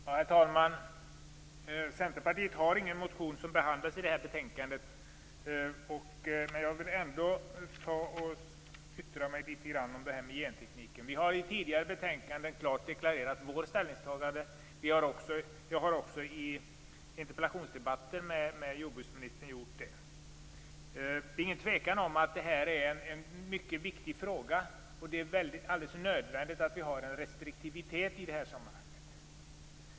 Herr talman! Centerpartiet har ingen motion som behandlas i detta betänkande, men jag vill ändå yttra mig litet om gentekniken. Vi har i tidigare betänkanden klart deklarerat vårt ställningstagande. Jag har också i interpellationsdebatter med jordbruksministern gjort det. Det är ingen tvekan om att det här är en mycket viktig fråga. Det är alldeles nödvändigt att vi har en restriktivitet i det här sammanhanget.